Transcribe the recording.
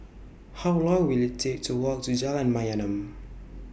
How Long Will IT Take to Walk to Jalan Mayaanam